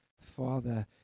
Father